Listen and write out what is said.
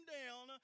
down